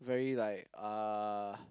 very like uh